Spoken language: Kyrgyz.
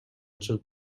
чыгып